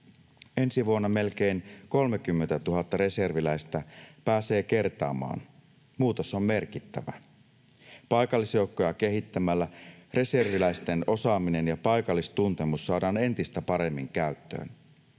Ensi vuonna melkein 30 000 reserviläistä pääsee kertaamaan. Muutos on merkittävä. Paikallisjoukkoja kehittämällä reserviläisten osaaminen ja paikallistuntemus saadaan entistä paremmin käyttöön.